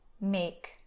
make